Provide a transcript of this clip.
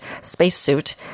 spacesuit